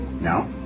Now